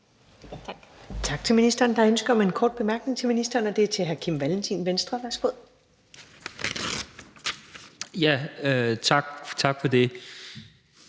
Tak til ministeren. Der er ønske om en kort bemærkning til ministeren, og det er fra hr. Kim Valentin, Venstre. Værsgo. Kl. 21:04 Kim